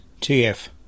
TF